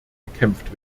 bekämpft